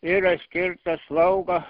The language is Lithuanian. yra skirta slauga